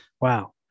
Wow